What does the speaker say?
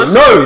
no